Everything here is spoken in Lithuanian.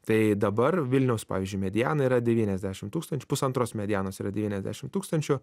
tai dabar vilniaus pavyzdžiui mediana yra devyniasdešim tūkstančių pusantros medienos yra devyniasdešim tūkstančių